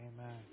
amen